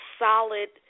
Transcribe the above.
solid